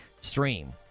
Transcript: stream